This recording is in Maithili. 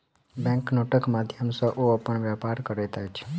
बैंक नोटक माध्यम सॅ ओ अपन व्यापार करैत छैथ